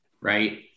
right